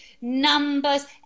numbers